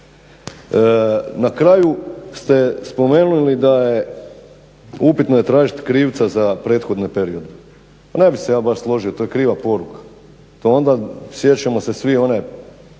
Na kraju ste spomenuli da je upitno tražiti krivca za prethodne periode. Ne bih se ja baš složio, to je kriva poruka, to onda sjećamo se svi one